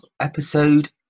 episode